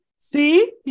See